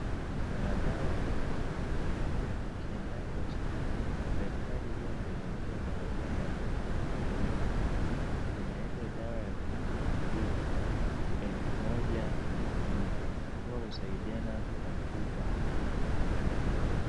Kuna dawa aina mingi, huwa tukiendanga hospitalini daktari huwa ndiyo anajua dawa gani anatupea ili tupone. Kuna ile dawa ya [cs ]vitamin D 1000 IU huwa husaidiana kwa mfupa.